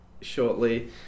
shortly